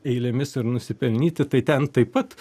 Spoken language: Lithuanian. eilėmis ir nusipelnyti tai ten taip pat